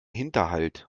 hinterhalt